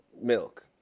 Milk